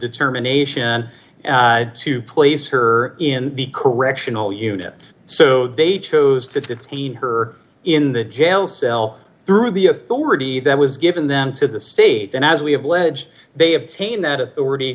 determination to place her in the correctional unit so they chose to detain her in the jail cell through the authority that was given them to the state and as we have ledge they obtain that authority